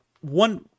one